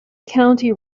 county